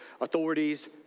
authorities